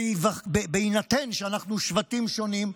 ובהינתן שאנחנו שבטים שונים,